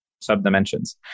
sub-dimensions